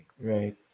Right